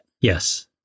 Yes